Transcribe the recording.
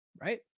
Right